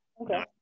Okay